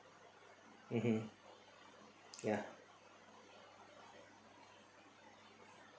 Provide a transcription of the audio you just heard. mmhmm ya